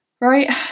Right